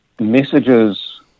messages